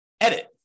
edit